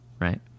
right